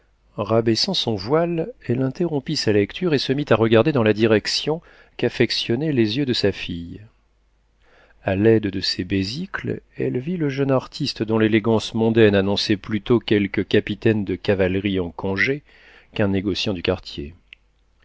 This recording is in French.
rabaissant son voile elle interrompit sa lecture et se mit à regarder dans la direction qu'affectionnaient les yeux de sa fille a l'aide de ses besicles elle vit le jeune artiste dont l'élégance mondaine annonçait plutôt quelque capitaine de cavalerie en congé qu'un négociant du quartier